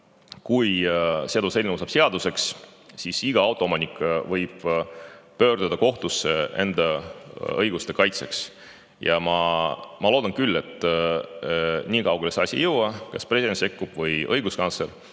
kui seaduseelnõu saab seaduseks, siis võib iga autoomanik pöörduda kohtusse enda õiguste kaitseks. Ma loodan küll, et nii kaugele asi ei jõua ja kas president sekkub või õiguskantsler.